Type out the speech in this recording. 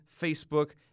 Facebook